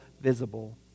visible